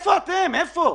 איפה אתם, איפה?